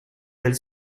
elles